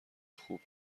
خوب